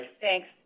Thanks